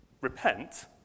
Repent